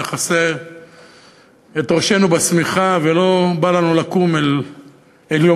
נכסה את ראשנו בשמיכה ולא בא לנו לקום אל יומנו.